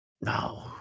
no